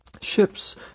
Ships